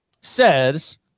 says